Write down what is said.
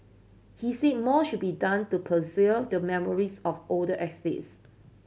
he said more should be done to preserve the memories of older estates